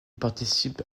participe